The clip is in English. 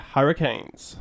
Hurricanes